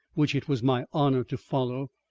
which it was my honor to follow.